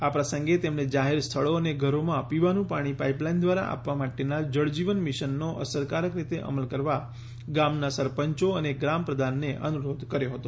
આ પ્રસંગે તેમને જાહેર સ્થળો અને ઘરોમાં પીવાનું પાણી પાઈપલાઈન દ્રારા આપવા માટેનાં જળ જીવન મિશનનો અસરકારક રીતે અમલ કરવા ગામનાં સરપંચો અને ગ્રામપ્રધાનનોને અનુરોધ કર્યો હતો